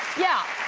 yeah,